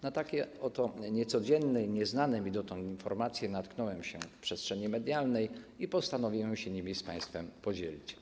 Na takie oto niecodzienne i nieznane mi dotąd informacje natknąłem się w przestrzeni medialnej i postanowiłem się nimi z państwem podzielić.